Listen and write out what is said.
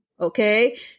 Okay